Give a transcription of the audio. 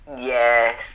yes